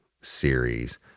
series